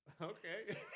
Okay